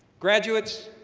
graduates,